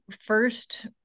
first